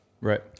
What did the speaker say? Right